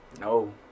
No